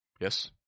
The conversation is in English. Yes